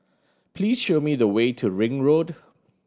please show me the way to Ring Road